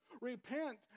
Repent